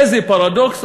איזה פרדוקס.